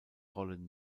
rollen